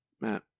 Matt